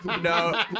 No